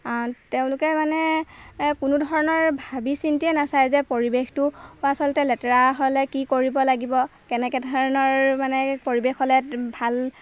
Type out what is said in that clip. তেওঁলোকে মানে কোনো ধৰণৰ ভাবি চিন্তিয়েই নাচায় যে পৰিৱেশটো আচলতে লেতেৰা হ'লে কি কৰিব লাগিব কেনেকৈ ধৰণৰ মানে পৰিৱেশ হ'লে ভাল